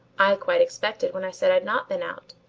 i quite expected when i said i'd not been out,